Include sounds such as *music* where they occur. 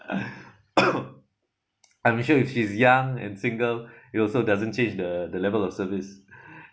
*laughs* *coughs* I'm sure she's young and single it also doesn't change the the level of service *breath*